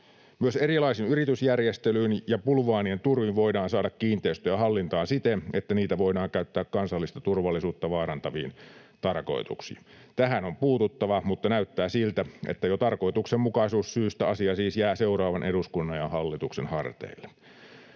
Myös erilaisin yritysjärjestelyin ja bulvaanien turvin voidaan saada kiinteistöjä hallintaan siten, että niitä voidaan käyttää kansallista turvallisuutta vaarantaviin tarkoituksiin. Tähän on puututtava, mutta näyttää siltä, että jo tarkoituksenmukaisuussyystä asia siis jää seuraavan eduskunnan ja hallituksen harteille.